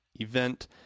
event